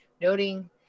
noting